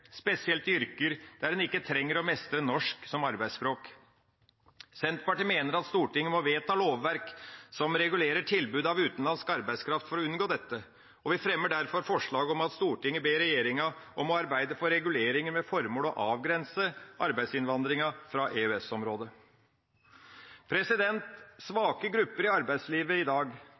spesielt i yrker der en ikke trenger å mestre norsk som arbeidsspråk. Senterpartiet mener at Stortinget for å unngå dette må vedta lovverk som regulerer tilbudet av utenlandsk arbeidskraft, og vi fremmer derfor forslag om at Stortinget ber regjeringa om å arbeide for reguleringer med formål å avgrense arbeidsinnvandringa fra EØS-området. Svake grupper i arbeidslivet i dag